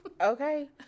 Okay